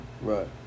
right